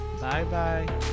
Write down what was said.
Bye-bye